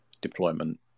deployment